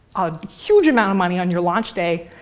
a huge amount of money on your launch day,